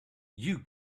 you